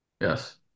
Yes